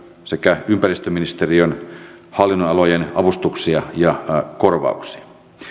sekä ympäristöministeriön hallinnonalojen avustuksia ja korvauksia